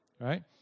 Right